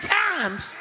times